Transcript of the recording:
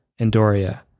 Andoria